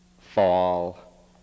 Fall